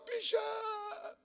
Bishop